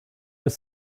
have